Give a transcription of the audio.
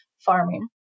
farming